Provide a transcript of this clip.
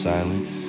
Silence